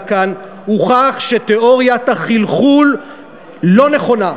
כאן הוכח שתיאוריית החלחול לא נכונה.